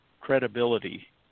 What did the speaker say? credibility